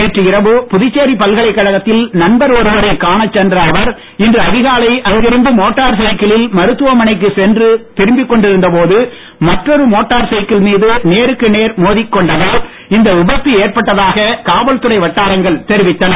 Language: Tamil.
நேற்று இரவு புதுச்சேரி பல்கலைக்கழகத்தில் நண்பர் ஒருவரை காணச் சென்ற அவர் இன்று அதிகாலை அங்கிருந்து மோட்டார் சைக்கிளில் மருத்துவமனைக்குச் சென்று திரும்பிக் கொண்டிருந்த போது மற்றொரு மோட்டார் சைக்கிள் மீது நேருக்கு நேர் மோதிக் கொண்டதால் இந்த விபத்து ஏற்பட்டதாக காவல்துறை வட்டாரங்கள் தெரிவித்தன